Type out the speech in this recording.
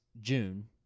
June